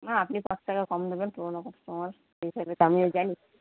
না আপনি পাঁচ টাকা কম দেবেন পুরোনো কাস্টমার আমিও জানি